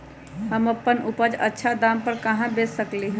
हम अपन उपज अच्छा दाम पर कहाँ बेच सकीले ह?